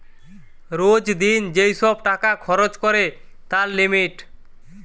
রোজ দিন যেই সব টাকা খরচ করে তার লিমিট